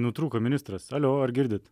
nutrūko ministras alio ar girdit